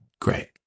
Great